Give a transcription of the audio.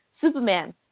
Superman